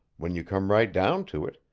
when you came right down to it,